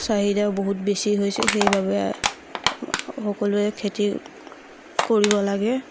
চাহিদাও বহুত বেছি হৈছে সেইবাবে সকলোৱে খেতি কৰিব লাগে